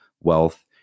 wealth